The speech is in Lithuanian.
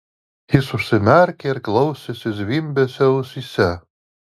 jis užsimerkė ir klausėsi zvimbesio ausyse